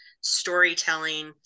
storytelling